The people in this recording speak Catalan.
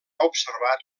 observat